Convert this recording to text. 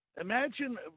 Imagine